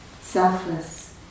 selfless